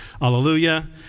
Hallelujah